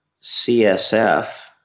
CSF